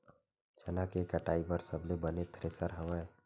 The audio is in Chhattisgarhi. चना के कटाई बर सबले बने थ्रेसर हवय?